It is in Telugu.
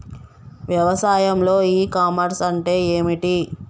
వ్యవసాయంలో ఇ కామర్స్ అంటే ఏమిటి?